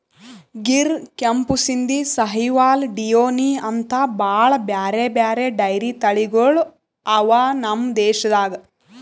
ಗಿರ್, ಕೆಂಪು ಸಿಂಧಿ, ಸಾಹಿವಾಲ್, ಡಿಯೋನಿ ಅಂಥಾ ಭಾಳ್ ಬ್ಯಾರೆ ಬ್ಯಾರೆ ಡೈರಿ ತಳಿಗೊಳ್ ಅವಾ ನಮ್ ದೇಶದಾಗ್